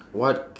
what